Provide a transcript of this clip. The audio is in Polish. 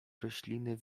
rośliny